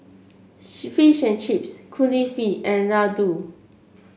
Fish and Chips Kulfi and Ladoo